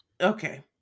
Okay